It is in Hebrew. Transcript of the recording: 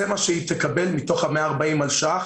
זה מה שהיא תקבל מתוך ה-140 מיליון השקלים.